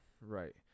right